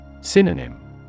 Synonym